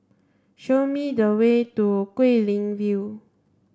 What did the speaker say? show me the way to Guilin View